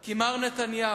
כי מר נתניהו,